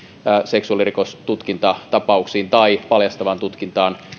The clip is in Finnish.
seksuaalirikostutkintatapauksiin tai paljastavaan tutkintaan